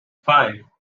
five